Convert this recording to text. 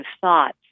thoughts